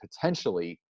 potentially